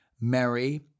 Mary